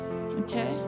Okay